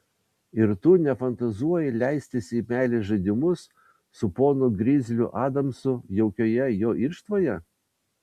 ir tu nefantazuoji leistis į meilės žaidimus su ponu grizliu adamsu jaukioje jo irštvoje